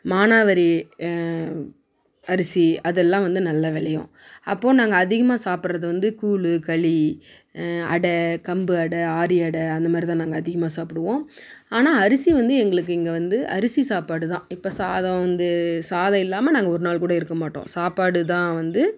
மானாவரி அரிசி அதெல்லாம் வந்து நல்லா விளையும் அப்போது நாங்கள் அதிகமாக சாப்பிட்றது வந்து கூழு களி அடை கம்பு அடை ஆரி அடை அந்தமாதிரி தான் நாங்கள் அதிகமாக சாப்பிடுவோம் ஆனால் அரிசி வந்து எங்களுக்கு இங்கே வந்து அரிசி சாப்பாடு தான் இப்ப சாதம் வந்து சாதம் இல்லாமல் நாங்கள் ஒரு நாள் கூட இருக்கமாட்டோம் சாப்பாடு தான் வந்து